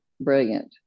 brilliant